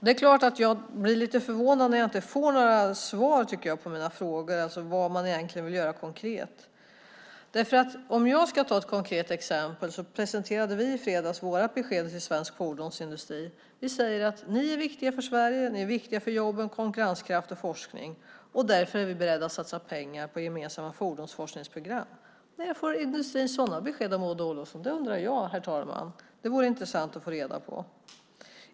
Det är klart att jag blir lite förvånad när jag inte får några svar på mina frågor, vad man egentligen vill göra konkret. Om jag ska ta ett konkret exempel kan jag nämna att vi i fredags presenterade vårt besked för svensk fordonsindustri. Vi säger att ni är viktiga för Sverige, ni är viktiga för jobb, konkurrenskraft och forskning. Därför är vi beredda att satsa pengar på gemensamma fordonsforskningsprogram. När får industrin sådana besked av Maud Olofsson? Det undrar jag, herr talman. Det vore intressant att få reda på.